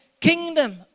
kingdom